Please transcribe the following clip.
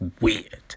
weird